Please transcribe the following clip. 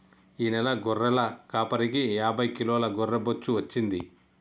ఈ నెల గొర్రెల కాపరికి యాభై కిలోల గొర్రె బొచ్చు వచ్చింది